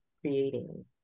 creating